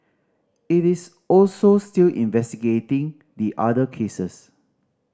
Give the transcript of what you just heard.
it is also still investigating the other cases